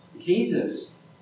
Jesus